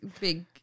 big